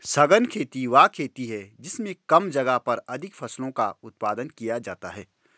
सघन खेती वह खेती है जिसमें कम जगह पर अधिक फसलों का उत्पादन किया जाता है